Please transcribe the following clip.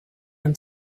him